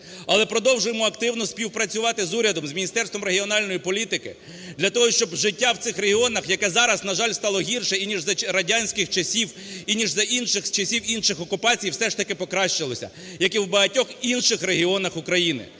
Але продовжуємо активно співпрацювати з урядом, з Міністерством регіональної політики для того, щоб життя в цих регіонах, яке зараз, на жаль, стало гірше, ніж за радянських часів і ніж за інших часів, іншихокупацій, все ж таки покращилося, як і в багатьох інших регіонах України.